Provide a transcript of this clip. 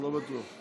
לא בטוח.